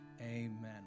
Amen